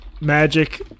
magic